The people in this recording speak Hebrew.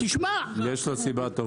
יש לך סיבה?